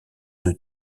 deux